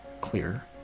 clear